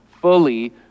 fully